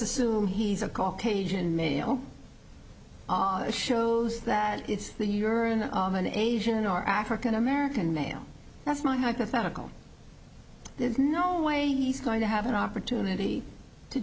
assume he's a caucasian male shows that it's the urine aman asian or african american male that's my hypothetical there's no way he's going to have an opportunity to